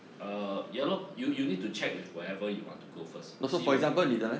uh ya lor you you need to check with whatever you want to go first see you